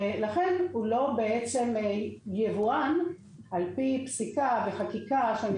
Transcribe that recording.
לכן הוא לא יבואן על פי פסיקה וחקיקה שאני